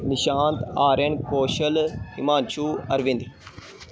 Nishant Aryan Kaushal Himanshu Arvind